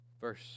Verse